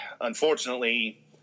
unfortunately